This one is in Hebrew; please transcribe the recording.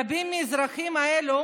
רבים מהאזרחים האלה